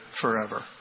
forever